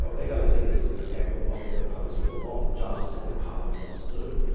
well they're going to see this as an example of what they've opposed all along judges telling parliament what to do.